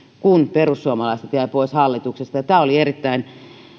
kun perussuomalaiset jäivät pois hallituksesta tämä oli erittäin